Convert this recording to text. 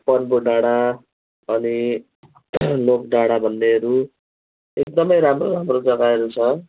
पन्बू डाँडा अनि नोक डाँडा भन्नेहरू एकदमै राम्रो राम्रो जग्गाहरू छ